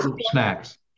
Snacks